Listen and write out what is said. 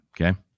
Okay